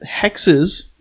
hexes